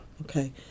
okay